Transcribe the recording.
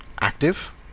active